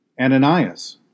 Ananias